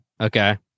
Okay